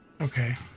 Okay